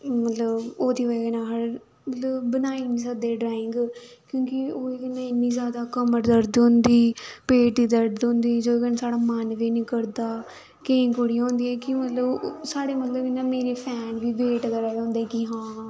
मतलब ओह्दी बजह् कन्नै अस मतलब बनाई निं सकदे ड्राइंग क्योंकि उ'नें दिनें इन्नी जादा कमर दर्द होंदी पेट ई दर्द होंदी जेह्दी कन्नै साढ़ा मन बी हैनी करदा केईं कुड़ियां होदियां कि मतलब साढ़े मतलब जि'यां मेरी फैमिली वेट करा दे होंदे कि हां